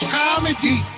comedy